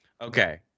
Okay